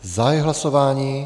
Zahajuji hlasování.